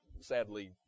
Sadly